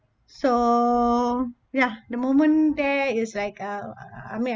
so ya the moment there is like uh I mean